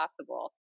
possible